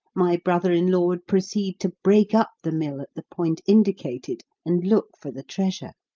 my brother in-law would proceed to break up the mill at the point indicated, and look for the treasure.